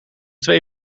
twee